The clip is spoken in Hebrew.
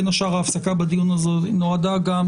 בין השאר ההפסקה בדיון הזה נועדה גם